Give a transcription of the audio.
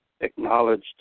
acknowledged